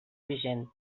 vigent